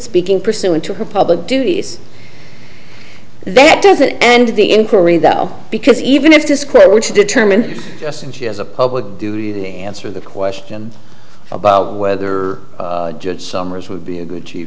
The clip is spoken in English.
speaking pursuant to her public duties that doesn't end the inquiry though because even if disclosure were to determine yes and she has a public duty to answer the question about whether or just summers would be a good cheap